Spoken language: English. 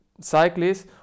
cyclists